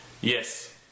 Yes